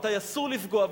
מתי אסור לפגוע,